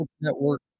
Network